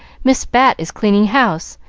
miss bat is cleaning house,